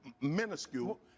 minuscule